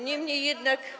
Niemniej jednak.